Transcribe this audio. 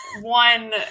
one